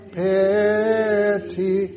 pity